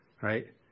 Right